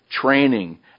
training